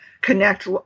connect